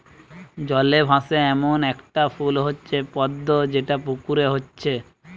জলে ভাসে এ্যামন একটা ফুল হচ্ছে পদ্ম যেটা পুকুরে হচ্ছে